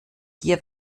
hier